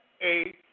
eight